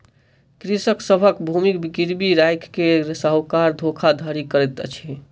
कृषक सभक भूमि गिरवी राइख के साहूकार धोखाधड़ी करैत अछि